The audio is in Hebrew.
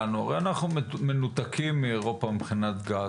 אנו מנותקים מאירופה מבחינת גז.